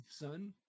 son